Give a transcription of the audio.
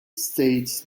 states